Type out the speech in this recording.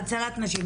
בהצלת נשים.